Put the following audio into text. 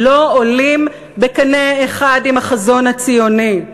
לא עולים בקנה אחד עם החזון הציוני,